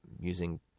using